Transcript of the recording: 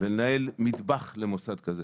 ולנהל מטבח למוסד כזה,